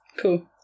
Cool